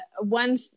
One